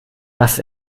das